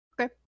Okay